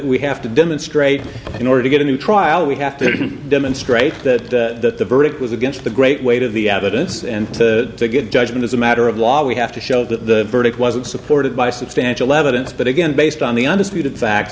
we have to demonstrate in order to get a new trial we have to demonstrate that the verdict was against the great weight of the evidence and the good judgment as a matter of law we have to show that the verdict wasn't supported by substantial evidence but again based on the undisputed fac